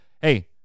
hey